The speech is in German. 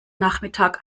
nachmittag